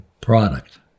product